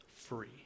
free